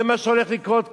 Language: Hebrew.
זה מה שהולך לקרות כאן.